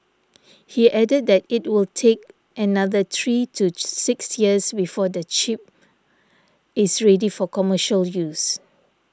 he added that it will take another three to six years before the chip is ready for commercial use